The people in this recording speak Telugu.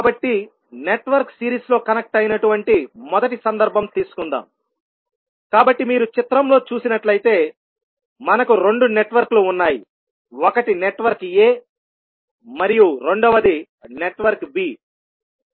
కాబట్టి నెట్వర్క్ సిరీస్ లో కనెక్ట్ అయినటువంటి మొదటి సందర్భం తీసుకుందాం కాబట్టి మీరు చిత్రంలో చూసినట్లయితే మనకు రెండు నెట్వర్క్లు ఉన్నాయి ఒకటి నెట్వర్క్ a మరియు రెండవది నెట్వర్క్ b